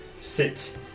sit